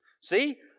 See